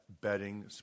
betting